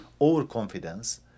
overconfidence